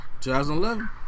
2011